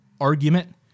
argument